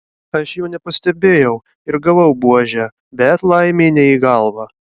aš jo nepastebėjau ir gavau buože bet laimė ne į galvą